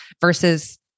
versus